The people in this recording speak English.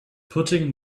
putting